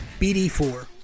BD4